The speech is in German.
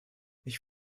ich